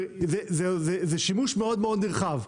וזה שימוש מאוד מאוד נרחב.